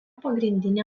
pagrindinė